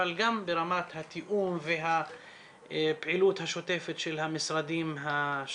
אבל גם ברמת התיאום והפעילות השוטפת של המשרדים השונים.